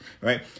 right